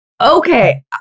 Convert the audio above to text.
Okay